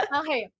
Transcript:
okay